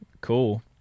Cool